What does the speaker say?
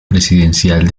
presidencial